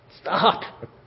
stop